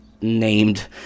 named